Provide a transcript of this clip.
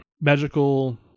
magical